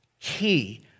key